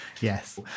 Yes